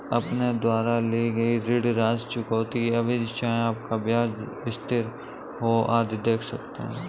अपने द्वारा ली गई ऋण राशि, चुकौती अवधि, चाहे आपका ब्याज स्थिर हो, आदि देख सकते हैं